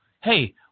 hey